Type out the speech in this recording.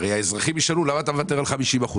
הרי האזרחים ישאלו: למה אתה מוותר על 50%?